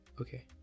Okay